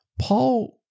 Paul